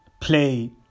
play